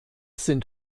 sind